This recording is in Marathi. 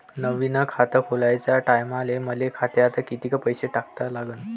नवीन खात खोलाच्या टायमाले मले खात्यात कितीक पैसे टाका लागन?